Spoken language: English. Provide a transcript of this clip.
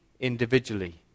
individually